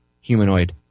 humanoid